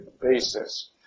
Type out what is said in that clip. basis